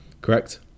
correct